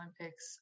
Olympics